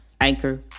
Anchor